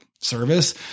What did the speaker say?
service